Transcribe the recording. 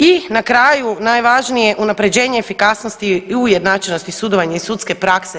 I na kraju najvažnije unapređenje efikasnosti i ujednačenosti sudovanja i sudske prakse.